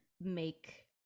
make